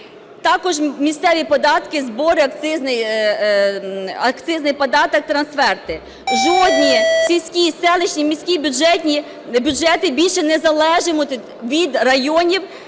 Також місцеві податки, збори, акцизний податок, трансферти. Жодні сільські, селищні, міські бюджети більше не залежатимуть від районів